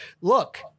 look